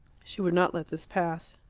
she would not let this pass.